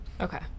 Okay